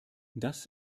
das